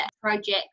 projects